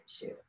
issue